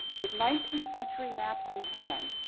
with nineteenth century maps in hand,